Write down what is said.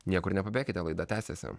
niekur nepabėkite laida tęsiasi